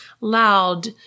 loud